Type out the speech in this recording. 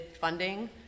funding